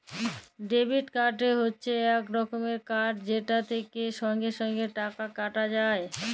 debit card হচ্যে এক রকমের কার্ড যেটা থেক্যে সঙ্গে সঙ্গে টাকা কাটা যায়